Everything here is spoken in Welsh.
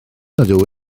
ydw